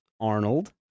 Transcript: Arnold